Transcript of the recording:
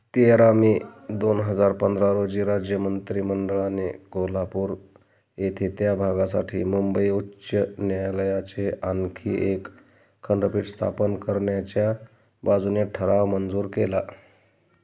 तेरा मे दोन हजार पंधरा रोजी राज्य मंत्रिमंडळाने कोल्हापूर येथे त्या भागासाठी मुंबई उच्च न्यायालयाचे आणखी एक खंडपीठ स्थापन करण्याच्या बाजूने ठराव मंजूर केला